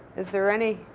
is there any?